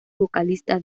vocalista